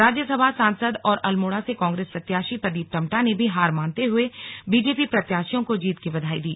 राज्यसभा सांसद और अल्मोड़ा से कांग्रेस प्रत्याशी प्रदीप टम्टा ने भी हार मानते हुए बीजेपी प्रत्याशियों को जीत की बधाई दी